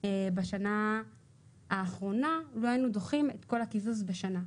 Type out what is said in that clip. בשנה האחרונה ואנו דוחים את כל הקיזוז בשנה,